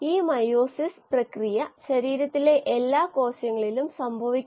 ഈ 2 കേസുകളിൽ spirulina single കോശ പ്രോട്ടീൻ കോശങ്ങൾ തന്നെ ഉൽപ്പന്നങ്ങളാണ്